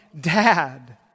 dad